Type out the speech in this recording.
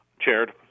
chaired